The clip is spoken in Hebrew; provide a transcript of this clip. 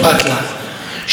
נהפוך הוא,